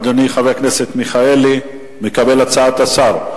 אדוני חבר הכנסת מיכאלי מקבל את הצעת השר.